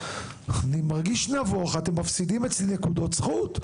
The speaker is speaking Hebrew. אני מרגיש נבוך ואתם מפסידים אצלי נקודות זכות.